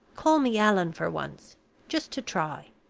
call me allan for once just to try.